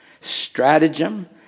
stratagem